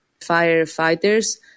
Firefighters